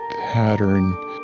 pattern